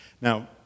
Now